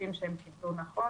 הכספים שהם קיבלו נכון